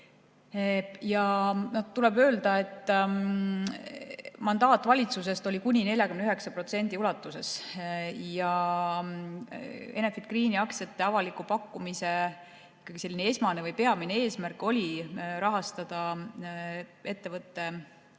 Tuleb öelda, et mandaat valitsusest oli kuni 49% ulatuses ja Enefit Greeni aktsiate avaliku pakkumise esmane või peamine eesmärk oli rahastada ettevõtte